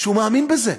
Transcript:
שהוא מאמין בזה.